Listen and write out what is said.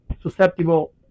susceptible